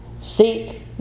Seek